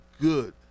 good